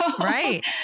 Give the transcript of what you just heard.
right